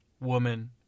woman